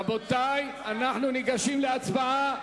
רבותי, אנחנו ניגשים להצבעה.